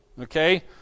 Okay